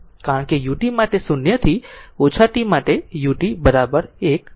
કારણ કે ut માટે 0 થી ઓછા t માટે ut 1 લખેલ છે